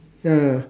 ya